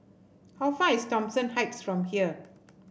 how far is Thomson Heights from here